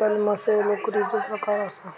तलमसो लोकरीचो प्रकार आसा